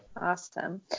Awesome